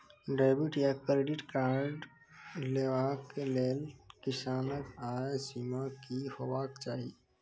Debit या credit card लेवाक लेल किसानक आय सीमा की हेवाक चाही?